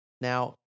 Now